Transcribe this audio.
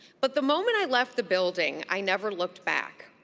but the moment i left the building, i never looked back.